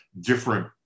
different